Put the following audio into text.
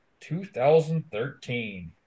2013